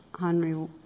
Henry